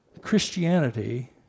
Christianity